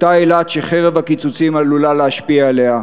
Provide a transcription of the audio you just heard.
אותה אילת שחרב הקיצוצים עלולה להשפיע עליה,